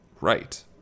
right